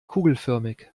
kugelförmig